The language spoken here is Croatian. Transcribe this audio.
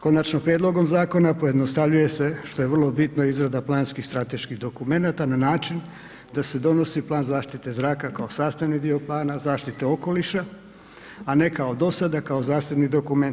Konačnim prijedlogom zakona pojednostavljuje se, što je vrlo bitno izrada planskih strateških dokumenata na način da se donosi plan zaštite zraka kao sastavni dio plana zaštite okoliša, a ne kao dosada kao zasebni dokument.